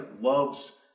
loves